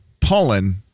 pollen